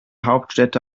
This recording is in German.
hauptstädte